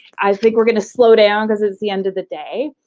i think we're going to slow down because it's the end of the day.